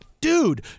Dude